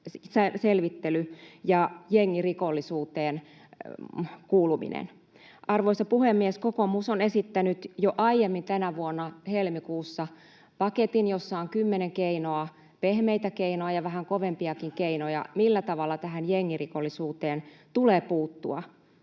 ja jengirikollisuuteen kuuluminen. Arvoisa puhemies! Kokoomus on esittänyt jo aiemmin tänä vuonna, helmikuussa, paketin, jossa on kymmenen keinoa, pehmeitä keinoja ja vähän kovempiakin keinoja, millä tavalla tähän jengirikollisuuteen tulee puuttua.